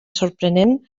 sorprenent